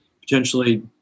potentially